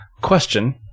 Question